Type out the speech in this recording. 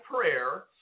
prayer